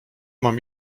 mam